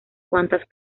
cuantas